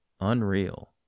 Unreal